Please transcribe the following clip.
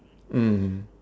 mm